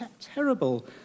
terrible